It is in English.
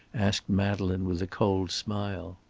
asked madeleine, with a cold smile.